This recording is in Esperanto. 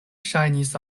ŝajnis